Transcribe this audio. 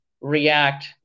react